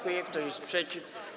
Kto jest przeciw?